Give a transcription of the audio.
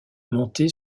monté